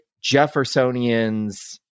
Jeffersonians